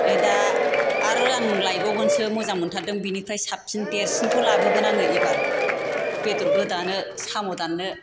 दा आरो आं लायबावगोनसो मोजां मोनथारदों बिनिफ्राय साबसिन देरसिनखौ लाबोगोन आं एबार बेदर गोदानो साम' दान्नो